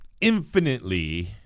infinitely